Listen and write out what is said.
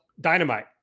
Dynamite